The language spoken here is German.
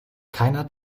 keiner